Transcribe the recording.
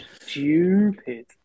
stupid